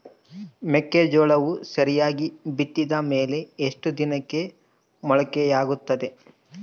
ಮೆಕ್ಕೆಜೋಳವು ಸರಿಯಾಗಿ ಬಿತ್ತಿದ ಮೇಲೆ ಎಷ್ಟು ದಿನಕ್ಕೆ ಮೊಳಕೆಯಾಗುತ್ತೆ?